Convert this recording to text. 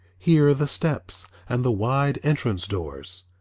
here the steps and the wide entrance doors,